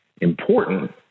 important